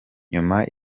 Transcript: nyuma